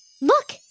Look